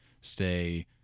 stay